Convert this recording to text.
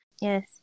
Yes